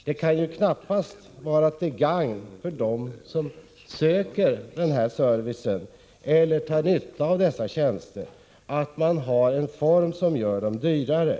Det kan knappast vara till gagn för dem som söker denna service och drar nytta av dessa tjänster att de har en form som gör dem dyrare.